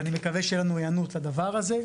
ואני מקווה שתהיה לנו היענות לדבר הזה.